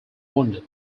wounded